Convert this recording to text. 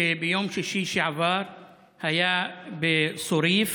וביום שישי שעבר היה בסוריף